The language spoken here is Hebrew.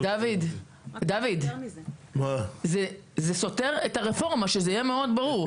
דוד, זה סותר את הרפורמה, שזה יהיה מאוד ברור.